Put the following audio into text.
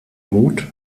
mut